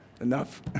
enough